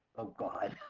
oh, god,